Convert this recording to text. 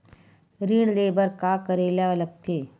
ऋण ले बर का करे ला लगथे?